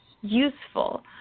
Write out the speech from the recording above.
useful